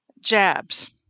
jabs